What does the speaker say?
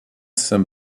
jsem